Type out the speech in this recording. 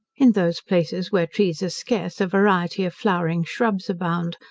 in those places where trees are scarce, a variety of flowering shrubs abound,